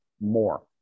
more